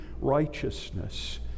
righteousness